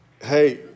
hey